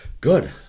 good